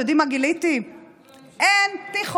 אתם